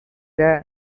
பிற